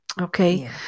Okay